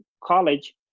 college